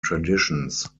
traditions